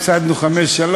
הפסדנו 5:3,